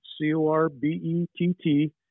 C-O-R-B-E-T-T